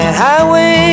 highway